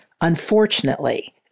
Unfortunately